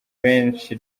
benshi